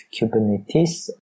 Kubernetes